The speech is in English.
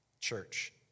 church